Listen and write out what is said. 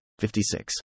56